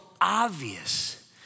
obvious